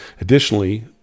Additionally